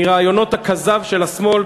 מרעיונות הכזב של השמאל,